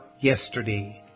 yesterday